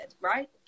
right